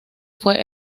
fue